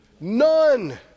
None